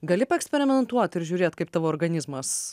gali paeksperimentuot ir žiūrėt kaip tavo organizmas